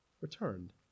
returned